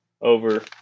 over